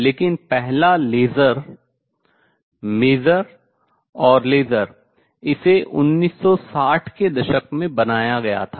लेकिन पहला laser maser और लेसर इसे 1960 के दशक में बनाया गया था